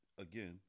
again